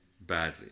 badly